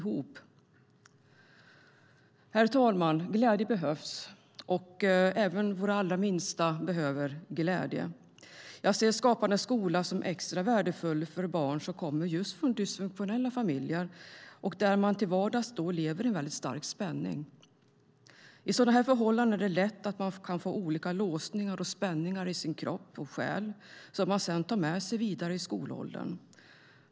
Herr talman! Glädje behövs, och även våra allra minsta behöver glädje. Jag ser Skapande skola som extra värdefull för barn som kommer just från dysfunktionella familjer där man till vardags lever i en stark spänning. I sådana förhållanden är det lätt att man kan få olika låsningar och spänningar i sin kropp och i sin själ som man sedan tar med sig vidare i skolåldern.